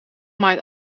maait